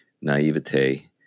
naivete